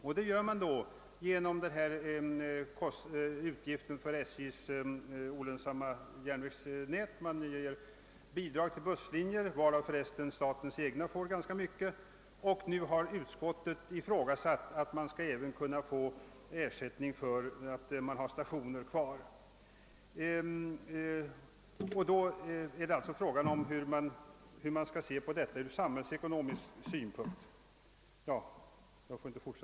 Detta gör man genom att betala utgifterna för SJ:s olönsamma järnvägsnät och man bidrar till kostnaderna för busslinjer — varav för övrigt statens egna får ganska mycket — och nu har utskottet ifrågasatt att man även skall kunna få ersättning för att man har stationer kvar. Då är det alltså fråga om hur problemet skall betraktas ur samhällsekonomisk synpunkt.